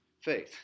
faith